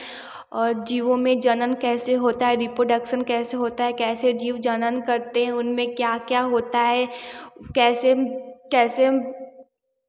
और जीवों में जनन कैसे होता है रेपोडक्सन कैसे होती है कैसे जीव जनन करते हैं उनमें क्या क्या होता है कैसे कैसे